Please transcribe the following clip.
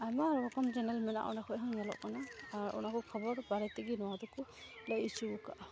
ᱟᱭᱢᱟ ᱨᱚᱠᱚᱢ ᱪᱮᱱᱮᱞ ᱢᱮᱱᱟᱜᱼᱟ ᱚᱸᱰᱮ ᱠᱷᱚᱡᱦᱚᱸ ᱧᱮᱞᱚᱜ ᱠᱟᱱᱟ ᱟᱨ ᱚᱱᱟᱠᱚ ᱠᱷᱚᱵᱚᱨ ᱵᱟᱨᱮᱛᱮᱜᱮ ᱱᱚᱣᱟᱫᱚᱠᱚ ᱞᱟᱹᱭ ᱚᱪᱚᱣᱠᱟᱜᱼᱟ